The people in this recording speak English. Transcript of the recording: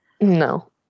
No